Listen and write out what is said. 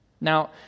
Now